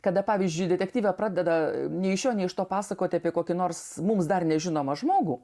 kada pavyzdžiui detektyve pradeda nei iš šio nei iš to pasakoti apie kokį nors mums dar nežinomą žmogų